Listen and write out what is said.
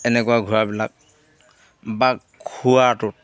এনেকুৱা ঘোঁৰাবিলাক বা খুৰাটোত